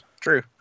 True